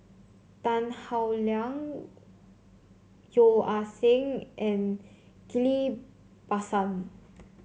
Tan Howe Liang Yeo Ah Seng and Ghillie Basan